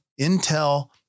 Intel